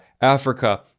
Africa